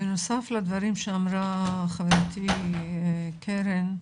בנוסף לדברים שאמרה חברתי קרן,